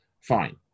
Fine